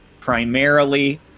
primarily